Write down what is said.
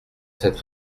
cette